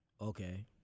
Okay